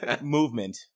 Movement